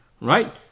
Right